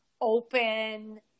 open